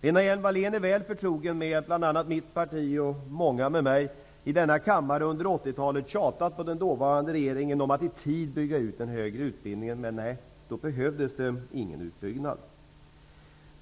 Lena Hjelm-Wallén är väl förtrogen med att bl.a. mitt parti och många med mig i denna kammare under 80-talet tjatade på den dåvarande regeringen om att i tid bygga ut den högre utbildningen. Men nej, då behövdes ingen utbyggnad.